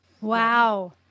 Wow